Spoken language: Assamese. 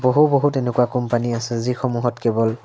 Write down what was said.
বহু বহু এনেকুৱা কোম্পানী আছে যিসমূহত কেৱল